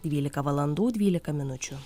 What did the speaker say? dvylika valandų dvylika minučių